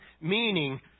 meaning